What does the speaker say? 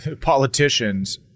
politicians